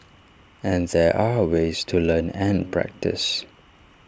and there are ways to learn and practice